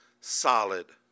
solid